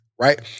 right